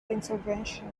intervention